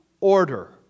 order